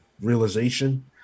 realization